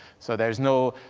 so there is no,